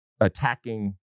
attacking